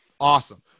Awesome